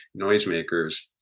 noisemakers